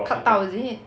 cut 到 is it